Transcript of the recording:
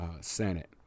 Senate